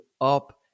up